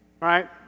right